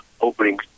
opening